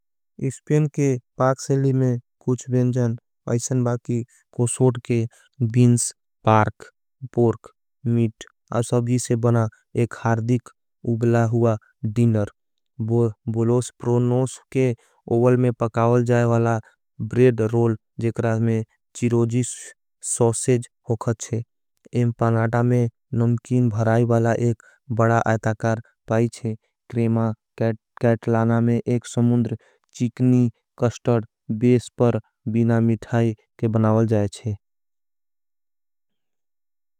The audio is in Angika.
इसपें के पार्क सेली में कुछ बेंजन ऐसें बाकी को सोट के बीन्स, पार्क, पोर्क, मीट और सभी से बना एक हार्दिक उगला हुआ डिनर। बुलोस प्रो नोस के ओवल में पकावल जाएवाला ब्रेद रोल जेकरा में चिरोजी सोसेज होखत छे। एमपनाटा में नमकीन भराई बाला एक बड़ा आयताकार पाई छे। क्रेमा कैटलाना में एक समुंद्र चिकनी कस्टड बेस पर बिना मिठाई के बनावल जाएचे।